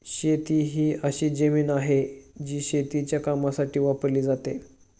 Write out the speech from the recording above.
शेती ही अशी जमीन आहे, जी शेतीच्या कामासाठी वापरली जाते